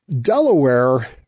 Delaware